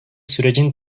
sürecin